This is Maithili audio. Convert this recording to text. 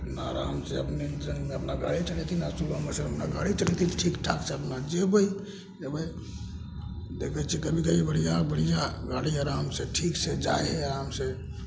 अपना आरामसे अपने ही टाइममे अपना गाड़ी चलेथिन आओर सुबहमे से अपना गाड़ी चलेथिन ठीक ठाक से अपना जएबै अएबै देखै छिए कभी कभी बढ़िआँ बढ़िआँ गाड़ी आराम से ठीक से जाइ हइ आराम से